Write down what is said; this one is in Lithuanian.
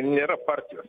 nėra partijos